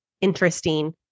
interesting